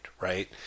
right